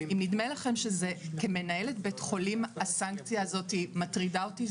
אם נדמה לכם שכמנהלת בית חולים הסנקציה הזו מטרידה אותי,